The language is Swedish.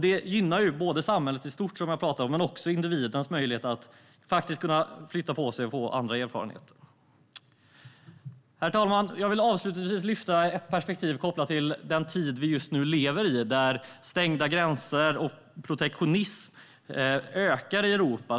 Det gynnar både samhället i stort, som vi har pratat om, och individens möjlighet att flytta på sig och få andra erfarenheter. Herr talman! Avslutningsvis vill jag lyfta fram ett perspektiv kopplat till den tid vi just nu lever i, med stängda gränser och protektionism som ökar i Europa.